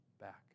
back